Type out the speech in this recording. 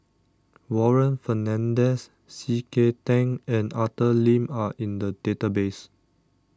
Warren Fernandez C K Tang and Arthur Lim are in the database